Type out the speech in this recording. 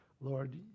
Lord